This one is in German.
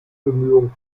bemühungen